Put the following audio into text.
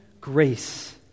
grace